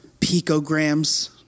Picograms